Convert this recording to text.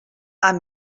han